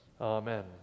Amen